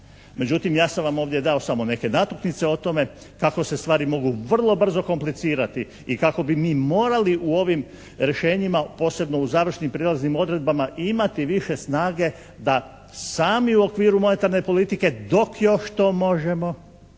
Međutim, ja sam vam ovdje dao samo neke natuknice o tome kako se stvari mogu vrlo brzo komplicirati i kako bi mi morali u ovim rješenjima, posebno u završnim odredbama i imati više snage da sami u okviru monetarne politike dok još to možemo